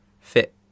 fit